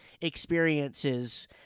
experiences